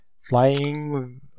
Flying